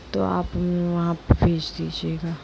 तो आप उन्हें वहाँ पर भेज दीजियेगा